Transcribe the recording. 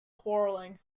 quarrelling